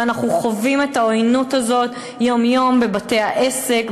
ואנחנו חווים את העוינות הזאת יום-יום בבתי-העסק,